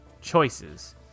choices